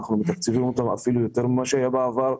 אנחנו מתקצבים אותם ואפילו יותר מכפי שהיה בעבר.